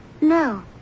No